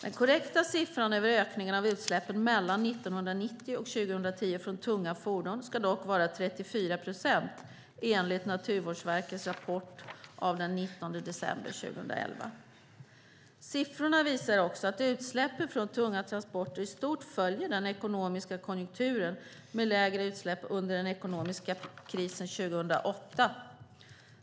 Den korrekta siffran för ökningen av utsläppen mellan 1990 och 2010 från tunga fordon ska dock vara 34 procent, enligt Naturvårdsverkets rapport av den 19 december 2011. Siffrorna visar också att utsläppen från tunga transporter i stort följer den ekonomiska konjunkturen med lägre utsläpp under den ekonomiska krisen 2008.